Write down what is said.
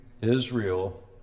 Israel